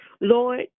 Lord